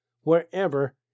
wherever